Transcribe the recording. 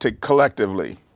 collectively